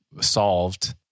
solved